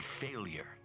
failure